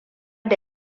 da